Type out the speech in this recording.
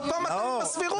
עוד פעם אתם עם הסבירות?